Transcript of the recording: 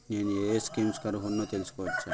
నేను యే యే స్కీమ్స్ కి అర్హుడినో తెలుసుకోవచ్చా?